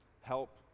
Help